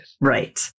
Right